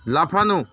লাফানো